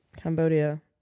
cambodia